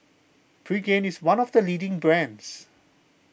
Pregain is one of the leading brands